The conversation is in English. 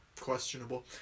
Questionable